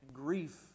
Grief